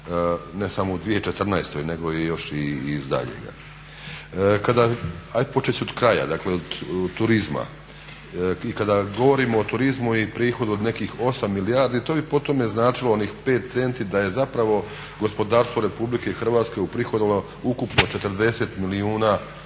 ne samo u 2014.nego i još iz daljega. Kada, ajde počet ću od kraja, dakle od turizma, i kada govorimo o turizmu i prihodu od nekih 8 milijardi to bi o tome značilo onih 5 centi da je zapravo gospodarstvo RH uprihodovalo ukupno 40 milijuna eura